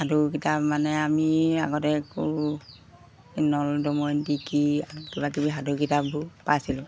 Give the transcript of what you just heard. সাধু কিতাপ মানে আমি আগতে একো নলদমন ডিকি কিবাকিবি সাধুকিতাপবোৰ পাইছিলোঁ